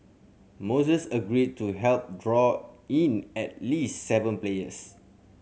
moises agreed to help draw in at least seven players